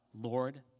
Lord